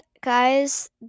guys